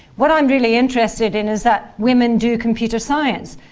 what i'm really interested in is that women do computer science.